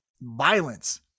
violence